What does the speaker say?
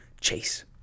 chase